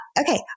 okay